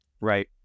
Right